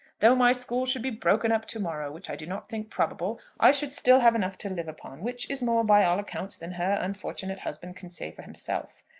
though my school should be broken up to-morrow, which i do not think probable, i should still have enough to live upon which is more, by all accounts, than her unfortunate husband can say for himself.